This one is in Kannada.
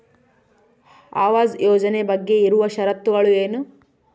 ಆವಾಸ್ ಯೋಜನೆ ಬಗ್ಗೆ ಇರುವ ಶರತ್ತುಗಳು ಏನು?